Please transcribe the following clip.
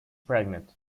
pregnant